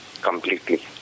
completely